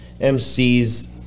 MCs